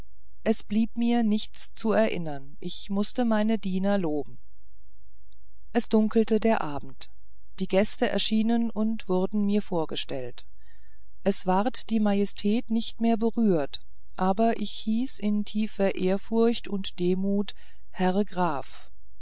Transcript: es blieb mir nichts zu erinnern ich mußte meine diener loben es dunkelte der abend die gäste erschienen und wurden mir vorgestellt es ward die majestät nicht mehr berührt aber ich hieß in tiefer ehrfurcht und demut herr graf